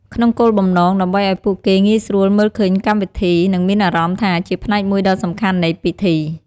ក្នុងគោលបំណង ដើម្បីឲ្យពួកគេងាយស្រួលមើលឃើញកម្មវិធី និងមានអារម្មណ៍ថាជាផ្នែកមួយដ៏សំខាន់នៃពិធី។